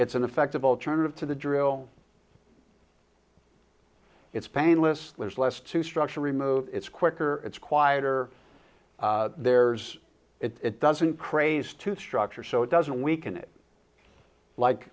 it's an effective alternative to the drill it's painless less to structure remove it's quicker it's quieter there's it doesn't craze to structure so it doesn't weaken it like